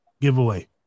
giveaway